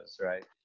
right